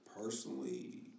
Personally